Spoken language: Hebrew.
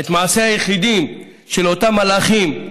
את מעשי היחידים של אותם מלאכים,